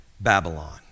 Babylon